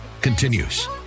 continues